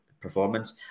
performance